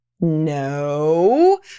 No